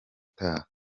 utaha